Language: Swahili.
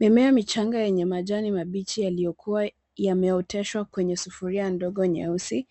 Mimea michanga yenye majani mabichi yaliyokua yameoteshwa kwenye sufuria ndogo nyeusi.